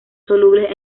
solubles